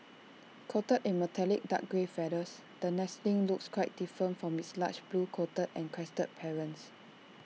coated in metallic dark grey feathers the nestling looks quite different from its large blue coated and crested parents